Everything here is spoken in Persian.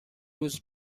روز